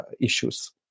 issues